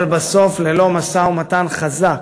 אבל בסוף, ללא משא-ומתן חזק,